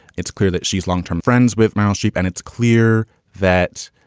it's clear that she's long term friends with meryl streep. and it's clear that.